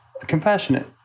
Compassionate